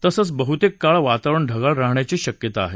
तसंच बहुतेक काळ वातावरण ढगाळ राहण्याची शक्यता आहे